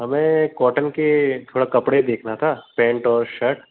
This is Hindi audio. हमें कॉटन के थोड़ा कपड़े देखना था पेंट और शर्ट